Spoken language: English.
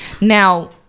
Now